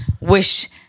wish